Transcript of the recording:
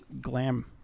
glam